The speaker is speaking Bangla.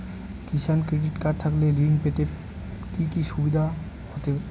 কিষান ক্রেডিট কার্ড থাকলে ঋণ পেতে কি কি সুবিধা হতে পারে?